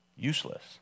Useless